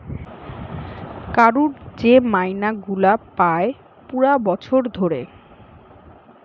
কারুর যে মাইনে গুলা পায় পুরা বছর ধরে